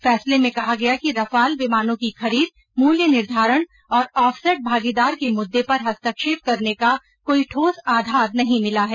फैसले में कहा गया कि रफाल विमानों की खरीद मूल्य निर्धारण और ऑफसैट भागीदार के मुद्दे पर हस्तक्षेप करने का कोई ठोस आधार नहीं मिला है